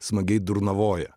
smagiai durnavoja